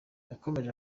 yakomeje